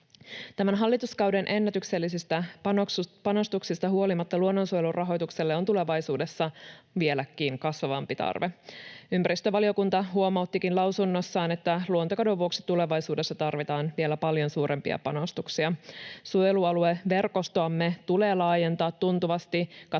Tämän hallituskauden ennätyksellisistä panostuksista huolimatta luonnonsuojelun rahoitukselle on tulevaisuudessa vieläkin kasvavampi tarve. Ympäristövaliokunta huomauttikin lausunnossaan, että luontokadon vuoksi tulevaisuudessa tarvitaan vielä paljon suurempia panostuksia. Suojelualueverkostoamme tulee laajentaa tuntuvasti kattamaan